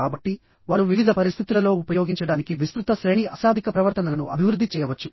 కాబట్టి వారు వివిధ పరిస్థితులలో ఉపయోగించడానికి విస్తృత శ్రేణి అశాబ్దిక ప్రవర్తనలను అభివృద్ధి చేయవచ్చు